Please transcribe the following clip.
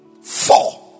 Four